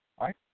right